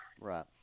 Right